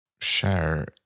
share